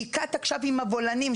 בדיקה עכשיו עם הבולענים,